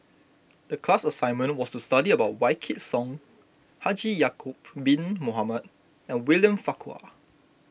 the class assignment was to study about Wykidd Song Haji Ya'Acob Bin Mohamed and William Farquhar